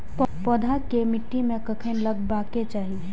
पौधा के मिट्टी में कखेन लगबाके चाहि?